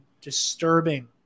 disturbing